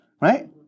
Right